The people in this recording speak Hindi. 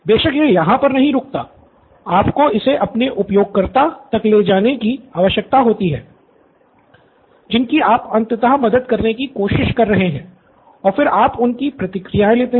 बेशक यह यहाँ पर ही नहीं रुकता है आपको इसे अपने उपयोगकर्ताओं तक ले जाने की आवश्यकता होती है जिनकी आप अंततः मदद करने की कोशिश कर रहे हैं और फिर आप उनकी प्रतिक्रियाएँ लेते हैं